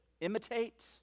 imitate